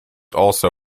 also